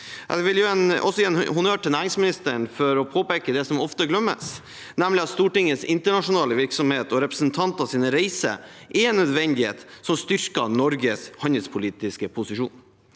Jeg vil også gi honnør til næringsministeren for å påpeke det som ofte glemmes, nemlig at Stortingets internasjonale virksomhet og representantenes reiser er en nødvendighet som styrker Norges handelspolitiske posisjon.